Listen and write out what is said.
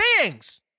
beings